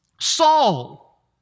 Saul